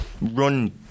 run